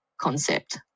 concept